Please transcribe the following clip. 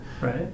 right